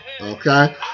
okay